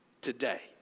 today